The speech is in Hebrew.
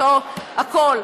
אותו הכול,